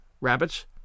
rabbits